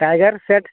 tiger set